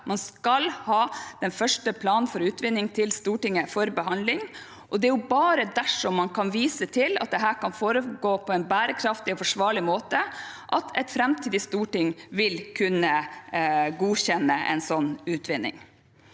Man skal ha den første planen for utvinning til Stortinget for behandling, og det er bare dersom man kan vise til at dette kan foregå på en bærekraftig og forsvarlig måte, at et framtidig storting vil kunne godkjenne en sånn utvinning.